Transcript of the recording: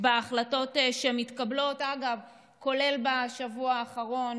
בהחלטות שמתקבלות, אגב, כולל בשבוע האחרון.